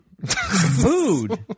food